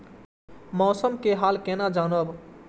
मौसम के हाल केना जानब?